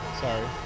sorry